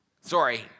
Sorry